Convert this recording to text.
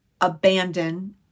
abandon